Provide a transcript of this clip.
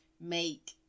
make